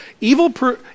Evil